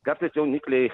kartais jaunikliai